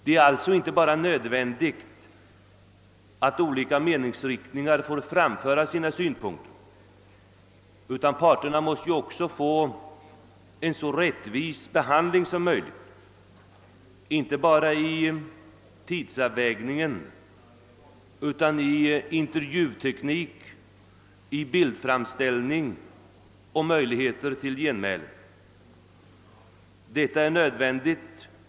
Det är alltså inte bara nödvändigt att olika meningsriktningar får framföra sina synpunkter, utan parterna måste också ges en så rättvis behandling som möjligt i fråga om tidsavvägning, intervjuteknik, bildframställning och tillfälle till genmälen.